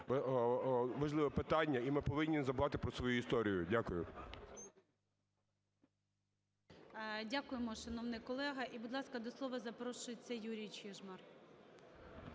важливе питання, і ми не повинні забувати про свою історію. Дякую. ГОЛОВУЮЧИЙ. Дякуємо, шановний колего. І, будь ласка, до слова запрошується Юрій Чижмарь.